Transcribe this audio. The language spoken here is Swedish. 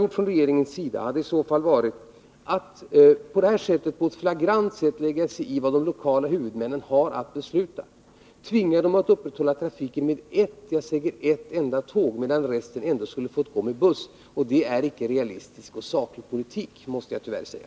Vad vi från regeringens sida hade kunnat göra var att vi på ett flagrant sätt hade kunnat lägga oss i vad lokala huvudmän har att besluta om och tvinga dem att upprätthålla trafiken med ett enda tåg, medan resten av trafiken ändå skulle ha gått med buss. Det är icke en realistisk och saklig politik — det måste jag tyvärr säga.